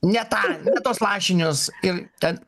ne tą ne tuos lašinius ir ten